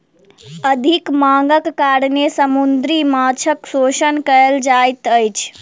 अधिक मांगक कारणेँ समुद्री माँछक शोषण कयल जाइत अछि